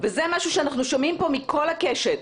וזה משהו שאנחנו שומעים פה מכל הקשת.